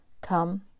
come